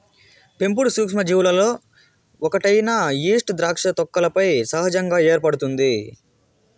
పెంపుడు సూక్ష్మజీవులలో ఒకటైన ఈస్ట్ ద్రాక్ష తొక్కలపై సహజంగా ఏర్పడుతుంది